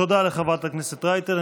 תודה לחברת הכנסת רייטן.